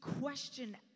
question